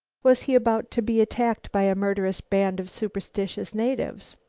was he about to be attacked by a murderous band of superstitious natives?